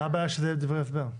מה הבעיה שיהיה דברי הסבר?